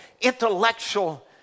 intellectual